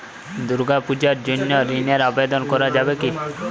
দুর্গাপূজার জন্য ঋণের আবেদন করা যাবে কি?